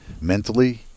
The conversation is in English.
mentally